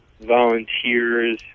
volunteers